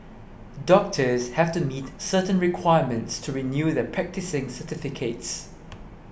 doctors have to meet certain requirements to renew their practising certificates